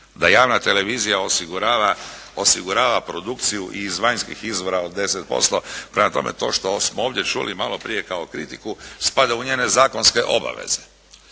da javna televizija osigurava produkciju i iz vanjskih izvora od 10%. Prema tome to što smo ovdje čuli malo prije kao kritiku spada u njene zakonske obaveze.